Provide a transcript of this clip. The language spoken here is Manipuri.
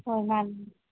ꯍꯣꯏ ꯃꯥꯟꯅꯤ